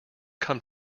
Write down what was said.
come